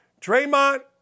Draymond